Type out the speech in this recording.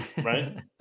Right